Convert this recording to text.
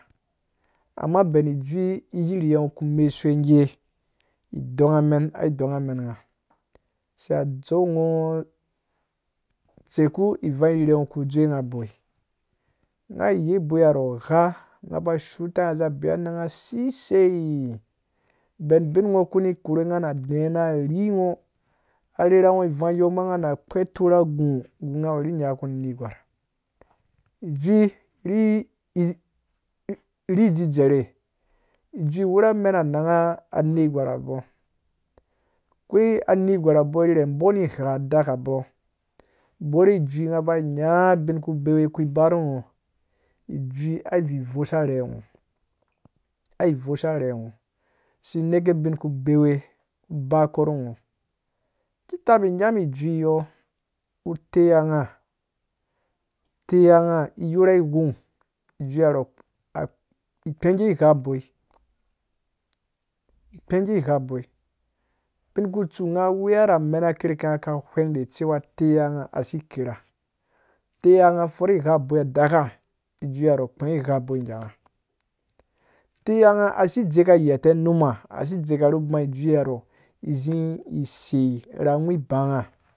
Amma ben ijui yerye ku mesuwegee onghamen ai dongha men ai dongha men ngha. a sei a dzeu ngho tseku wangye ku dzewe ngha boi ngha yei boi ha re gha ngha boi ngha yei boi ha re gha ngha ba shuuta ngha za sisei ben bin ngho kuni korhe ngha na a na rhi ngho arherha vangyɔɔ nghana kpeto ra gu ngha wuri nyaku negwar ijui rhi dzidzerhe ijui awura amen anangha a netigwar abɔɔ koyi anergwar abɔɔ rhere bɔ ni gha dak abɔɔ bor ijui ngha ba nya ubin bewe ku baru ngho ijui aivi vosa rhengho ai vosa rhengho si neke ubin ku bewe ubakpo ru ngha. ki tabi nyam ijui yɔɔ utaiye ngha utaiye ngha iyorha ghwong iju ro ikpɛge gha boi kpɛgɛɛ gha boi ubin kutsu ngha weya ra amen kirke ngha ghween da cewa utaiya ngha asi kera utaiya ngha for gha boi aka ijiurɔɔ akpɛ̃ɛ̃ gya gangha taiya ngha asi dzeka gheta numa si dzeka ru ba i juirɔɔ zi sei ra gwi bã ngha